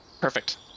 perfect